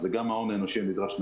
זה גם ההון האנושי הנדרש למשק,